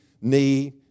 knee